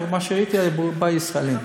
וממה שראיתי היו רובם ישראלים.